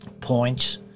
points